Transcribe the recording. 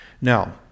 Now